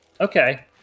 Okay